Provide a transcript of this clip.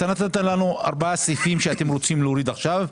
נתת לנו ארבעה סעיפים שאתם רוצים להוריד עכשיו,